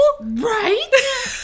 Right